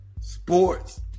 sports